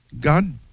God